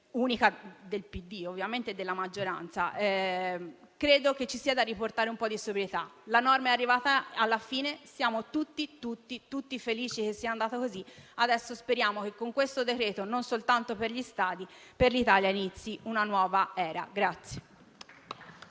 del PD e della maggioranza in quest'Aula. Credo che ci sia da riportare un po' di sobrietà. La norma è arrivata alla fine e siamo tutti felici che sia andata così. Adesso speriamo che con questo decreto, non soltanto per gli stadi, ma per l'Italia, inizi una nuova era.